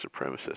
supremacist